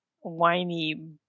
whiny